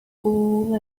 cool